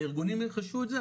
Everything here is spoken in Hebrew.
הארגונים ירכשו את זה,